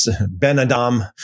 Ben-Adam